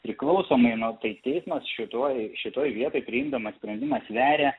priklausomai na tai teismas šitoj šitoj vietoj priimdamas sprendimą sveria